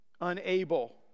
unable